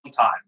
time